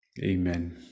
amen